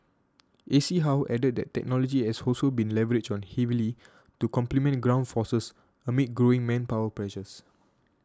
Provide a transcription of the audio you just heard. A C how added that technology has also been leveraged on heavily to complement ground forces amid growing manpower pressures